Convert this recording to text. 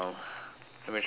let me try to find